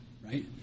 right